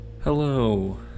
Hello